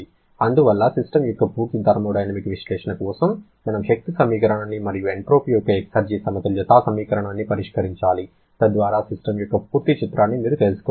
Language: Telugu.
అందువల్ల సిస్టమ్ యొక్క పూర్తి థర్మోడైనమిక్ విశ్లేషణ కోసం మనము శక్తి సమీకరణాన్ని మరియు ఎంట్రోపీ లేదా ఎక్సెర్జీ సమతుల్యతా సమీకరణాన్ని పరిష్కరించాలి తద్వారా సిస్టమ్ యొక్క పూర్తి చిత్రాన్ని మీరు తెలుసుకొనగలరు